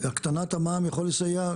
הקטנת המע"מ יכול לסייע,